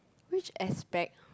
which aspect